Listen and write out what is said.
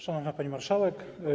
Szanowna Pani Marszałek!